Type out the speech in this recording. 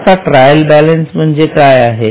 आता trial balance म्हणजे काय आहे